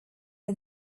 are